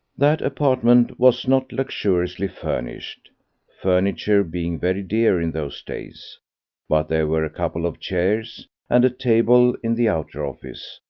that apartment was not luxuriously furnished furniture being very dear in those days but there were a couple of chairs and a table in the outer office,